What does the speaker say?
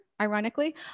ironically